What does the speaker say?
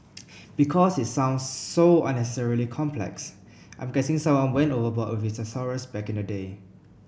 because it sounds so unnecessarily complex I'm guessing someone went overboard with his thesaurus back in the day